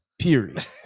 period